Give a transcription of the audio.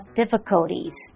difficulties